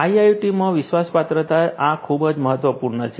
તેથી આઈઆઈઓટીમાં વિશ્વાસપાત્રતા આ ખૂબ જ મહત્વપૂર્ણ છે